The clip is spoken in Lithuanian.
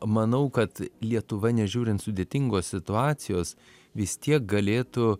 manau kad lietuva nežiūrint sudėtingos situacijos vis tiek galėtų